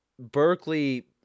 Berkeley